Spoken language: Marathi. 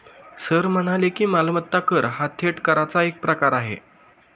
सर म्हणाले की, मालमत्ता कर हा थेट कराचा एक प्रकार आहे